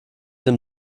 dem